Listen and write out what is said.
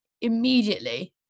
immediately